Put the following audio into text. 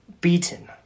beaten